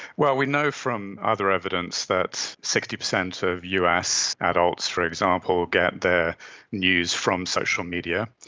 well, we know from other evidence that sixty percent of us adults for example get their news from social media.